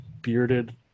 Bearded